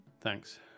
thanks